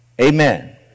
Amen